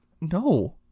No